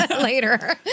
later